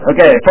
Okay